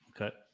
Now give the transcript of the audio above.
Okay